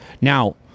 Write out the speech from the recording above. Now